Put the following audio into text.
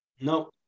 No